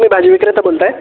तुम्ही भाजी विक्रेता बोलत आहात